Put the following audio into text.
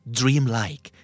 dreamlike